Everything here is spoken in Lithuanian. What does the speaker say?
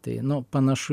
tai nu panašu